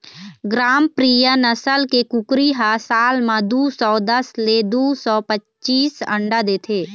ग्रामप्रिया नसल के कुकरी ह साल म दू सौ दस ले दू सौ पचीस अंडा देथे